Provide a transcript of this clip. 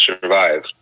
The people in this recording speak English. survive